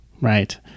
right